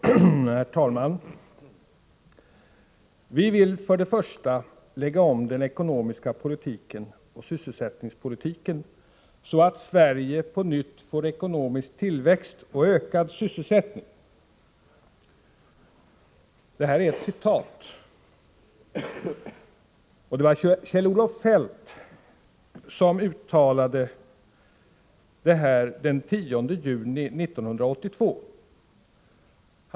Herr talman! Vi vill för det första lägga om den ekonomiska politiken och sysselsättningspolitiken så att Sverige på nytt får ekonomisk tillväxt och ökad sysselsättning. Detta är ett citat, och det var Kjell-Olof Feldt som uttalade det här den 10 juni 1982.